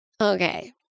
okay